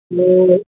तो